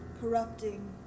corrupting